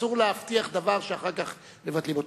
אסור להבטיח דבר שאחר כך מבטלים אותו.